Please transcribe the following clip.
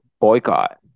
boycott